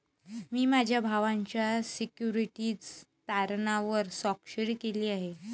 मी माझ्या भावाच्या सिक्युरिटीज तारणावर स्वाक्षरी केली आहे